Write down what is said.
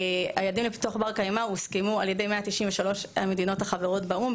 היעדים לפיתוח בר קיימא הוסכמו על-ידי 193 המדינות החברות באו"ם,